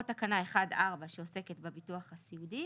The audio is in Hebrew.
או בתקנה 1.4 שעוסקת בביטוח הסיעודי